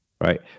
right